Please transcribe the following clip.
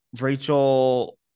Rachel